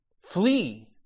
Flee